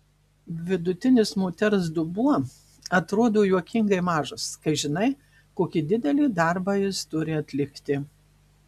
vidutinis moters dubuo atrodo juokingai mažas kai žinai kokį didelį darbą jis turi atlikti